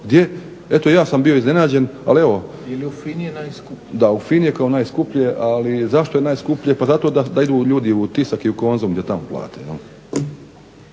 Gdje? Eto i ja sam bio iznenađen ali evo da u FINA-i je najskuplje. Ali zašto je najskuplje? Pa zato da idu ljudi u Tisak i Konzum i da tamo plate.